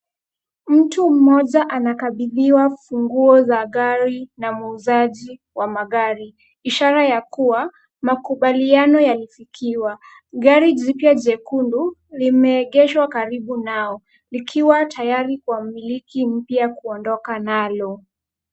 Mtu mmoja anakabidhiwa funguo za gari na muuzaji wa magari ishara ya kuwa makubaliano yalifikiwa. Gari jipya jekundu limeegeshwa karibu nao likiwa tayari kwa mmiliki mpya kuondoka nalo.